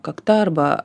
kakta arba